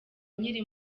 nkiri